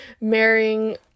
marrying